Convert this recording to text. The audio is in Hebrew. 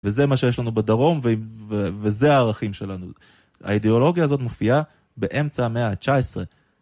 וזה מה שיש לנו בדרום, וזה הערכים שלנו. האידיאולוגיה הזאת מופיעה באמצע המאה ה-19.